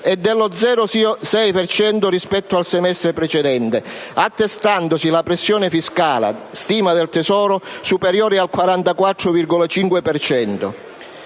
e dello 0,6 per cento rispetto al semestre precedente, attestandosi la pressione fiscale, stima del Tesoro, oltre il 44,5